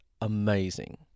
amazing